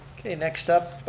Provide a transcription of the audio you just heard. next up,